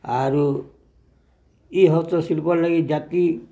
ଆରୁ ଇ ହସ୍ତ ଶିଳ୍ପର୍ ଲାଗି ଜାତି